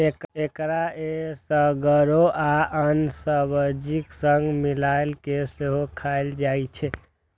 एकरा एसगरो आ आन सब्जीक संग मिलाय कें सेहो खाएल जाइ छै